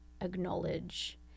acknowledge